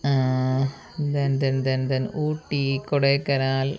then then then then Ooty Kodaikanal